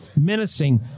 menacing